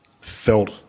felt